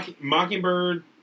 Mockingbird